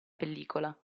pellicola